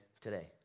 today